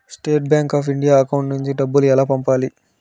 State bank of India account నుంచి డబ్బులు ఎలా పంపాలి?